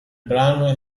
brano